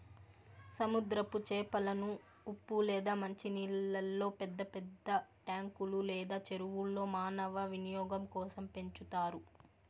సముద్రపు చేపలను ఉప్పు లేదా మంచి నీళ్ళల్లో పెద్ద పెద్ద ట్యాంకులు లేదా చెరువుల్లో మానవ వినియోగం కోసం పెంచుతారు